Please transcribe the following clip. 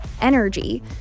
energy